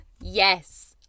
yes